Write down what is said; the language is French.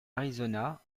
arizona